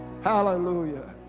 Hallelujah